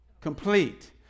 Complete